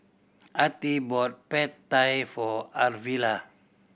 Artie bought Pad Thai for Arvilla